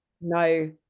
no